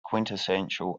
quintessential